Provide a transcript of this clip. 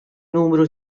numru